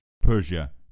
Persia